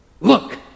look